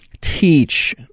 teach